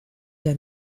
der